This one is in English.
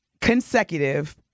consecutive